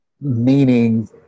meaning